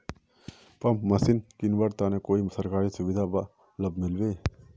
Pump machine किनवार तने कोई सरकारी सुविधा बा लव मिल्बी?